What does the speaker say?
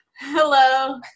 Hello